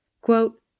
Quote